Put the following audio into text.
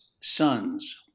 sons